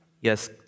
yes